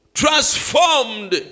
transformed